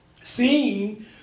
Seeing